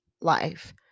life